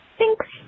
thanks